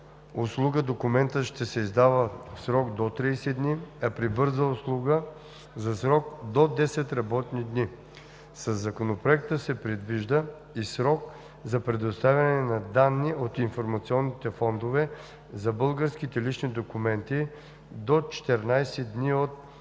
услуга документът ще се издава за срок до 30 дни, а при бърза услуга за срок до 10 работни дни. Със Законопроекта се предвижда и срок за предоставяне на данни от информационните фондове за българските лични документи – до 14 дни от